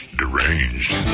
deranged